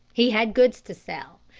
he had goods to sell,